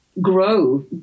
grow